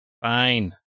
Fine